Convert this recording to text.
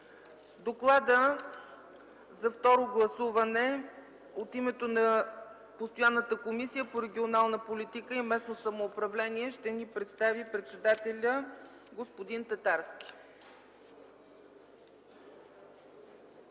за второ гласуване от името на постоянната Комисия по регионална политика и местно самоуправление ще ни представи председателят й господин Любен Татарски.